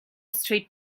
street